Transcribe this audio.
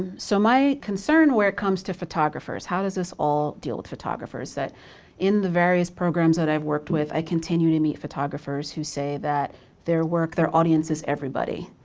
so my concern where it comes to photographers how does this all deal with photographers? that in the various programs that i've worked with i continue to meet photographers who say that their work, their audience is everybody.